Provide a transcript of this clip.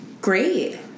Great